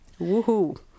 Woohoo